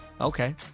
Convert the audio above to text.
Okay